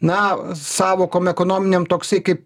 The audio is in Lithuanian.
na sąvokom ekonominėm toksai kaip